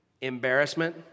embarrassment